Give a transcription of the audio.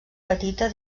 petita